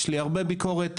יש לי הרבה ביקורת,